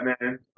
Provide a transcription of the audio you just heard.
man